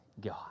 God